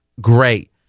great